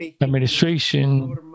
administration